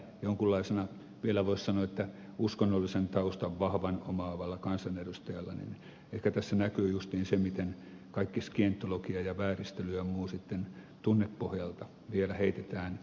jonkunlaisella vielä voisi sanoa vahvan uskonnollisen taustan omaavalla kansanedustajalla ehkä tässä näkyy justiin se miten kaikki skientologia ja vääristely ja muu sitten tunnepohjalta vielä heitetään vastustajien niskoille